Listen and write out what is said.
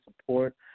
support